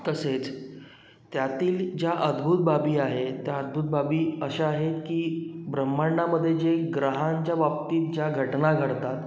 तसेच त्यातील ज्या अद्भुत बाबी आहे त्या अद्भुत बाबी अशा आहेत की ब्रह्मांडामध्ये जे ग्रहांच्या बाबतीत ज्या घटना घडतात